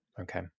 Okay